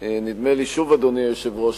נדמה לי שוב, אדוני היושב-ראש,